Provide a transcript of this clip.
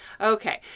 Okay